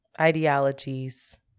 ideologies